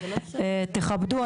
תכבדו,